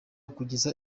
kugeza